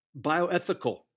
bioethical